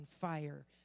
fire